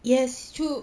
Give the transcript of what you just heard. yes true